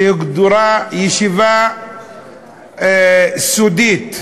שהוגדרה ישיבה סודית,